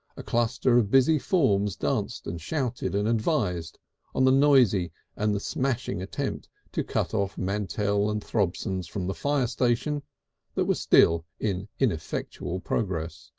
a cluster of busy forms danced and shouted and advised on the noisy and smashing attempt to cut off mantell and throbson's from the fire station that was still in ineffectual progress.